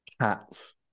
cats